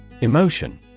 Emotion